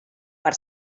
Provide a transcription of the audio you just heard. per